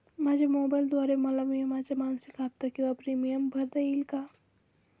माझ्या मोबाईलद्वारे मला विम्याचा मासिक हफ्ता किंवा प्रीमियम भरता येईल का?